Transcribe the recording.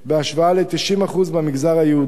בהשוואה ל-90% במגזר היהודי.